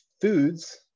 foods